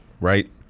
right